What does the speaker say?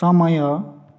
समय